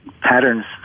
patterns